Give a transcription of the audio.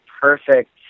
perfect